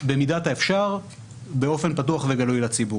במידת האפשר באופן פתוח וגלוי לציבור.